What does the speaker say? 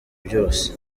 byose